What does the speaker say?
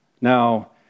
Now